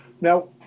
Now